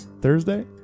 Thursday